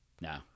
No